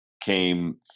came